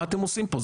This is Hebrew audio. מה אתם עושים פה,